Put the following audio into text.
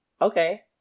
okay